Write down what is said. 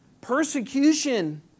Persecution